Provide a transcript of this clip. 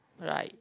like